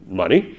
money